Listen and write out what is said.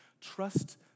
Trust